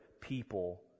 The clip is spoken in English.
people